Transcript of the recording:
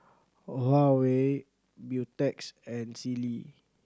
Huawei Beautex and Sealy